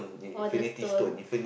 all the stone